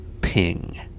ping